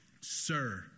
sir